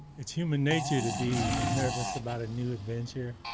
it's human nature to be nervous about a new adventure,